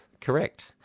correct